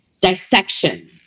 dissection